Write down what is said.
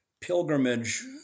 pilgrimage